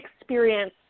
experience